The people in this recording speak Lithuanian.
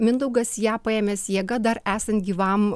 mindaugas ją paėmęs jėga dar esant gyvam